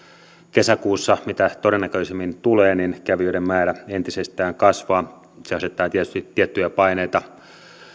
kesäkuussa mitä todennäköisimmin tulee niin kävijöiden määrä entisestään kasvaa se asettaa tietysti tiettyjä paineita